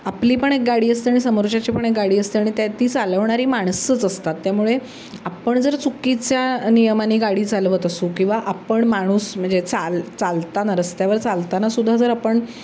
आपली पण एक गाडी असते आणि समोरच्याची पण एक गाडी असते आणि त्या ती चालवणारी माणसंच असतात त्यामुळे आपण जर चुकीच्या नियमाने गाडी चालवत असू किंवा आपण माणूस म्हणजे चाल चालताना रस्त्यावर चालताना सुद्धा जर आपण